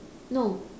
no